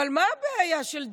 אבל מה הבעיה של דרעי?